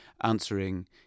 answering